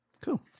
Cool